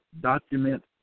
document